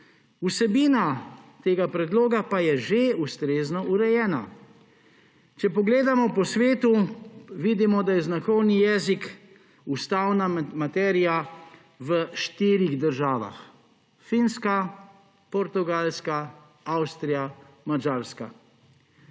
vsebina tega predloga pa je že ustrezno urejena. Če pogledamo po svetu, vidimo, da je znakovni jezik ustavna materija v štirih državah – Finska, Portugalska, Avstrija, Madžarska.